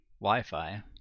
Wi-Fi